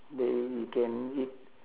they can eat